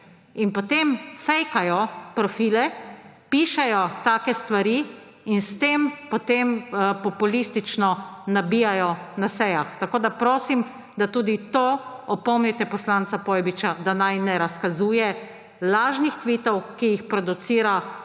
in potem fejkajo profile pišejo take stvari in s tem potem populistično nabijajo na sejah. Prosim, da tudi to opomnite poslanca Pojbiča, da naj ne razkazuje lažnih tvitov, ki jih producira